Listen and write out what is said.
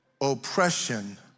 oppression